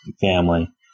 family